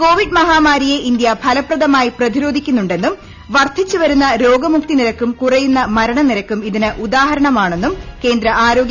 Covid മഹാമാരിയെ India ഫലപ്രദമായി ന് പ്രതിരോധിക്കുന്നുണ്ടെന്നും വർദ്ധിച്ചു വരുന്ന രോഗമുക്തി നിരക്കും കുറയുന്ന മരണനിരക്കും ഇതിന് ഉദാഹരണമാണെന്നും കേന്ദ്ര ആരോഗൃമന്ത്രി ഹർഷ് വർദ്ധൻ